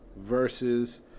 versus